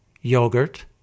yogurt